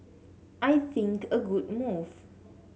I think a good move